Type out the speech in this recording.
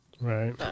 Right